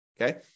Okay